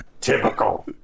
Typical